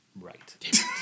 Right